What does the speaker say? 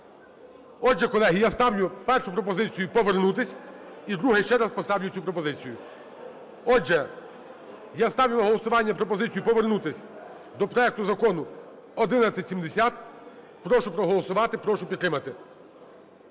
Отже, колеги, я ставлю першу пропозицію - повернутись, і вдруге ще раз поставлю цю пропозицію. Отже, я ставлю на голосування пропозицію повернутись до проекту закону 1170. Прошу проголосувати, прошу підтримати.